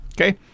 Okay